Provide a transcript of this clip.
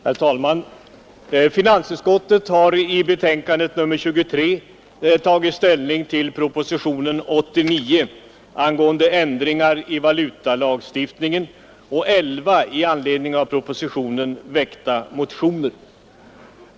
Herr talman! Finansutskottet har i betänkandet nr 23 tagit ställning till propositionen 89 angående ändringar i valutalagstiftningen och till elva i anledning av propositionen väckta motioner.